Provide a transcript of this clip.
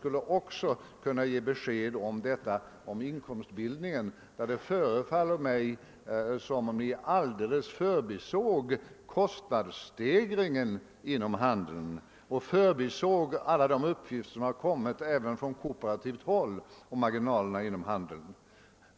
Statsrådet borde även ge besked beträffande inkomstbildningen för företagen där det förefaller mig som om Ni alldeles förbisåg kostnadsstegringen inom handeln m.fl. näringar och alla de uppgifter som kommit fram även från kooperativt håll angående marginalerna inom handeln.